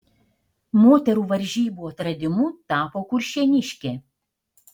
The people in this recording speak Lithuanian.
moterų varžybų atradimu tapo kuršėniškė